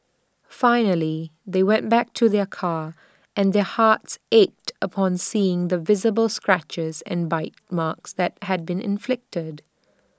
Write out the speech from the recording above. finally they went back to their car and their hearts ached upon seeing the visible scratches and bite marks that had been inflicted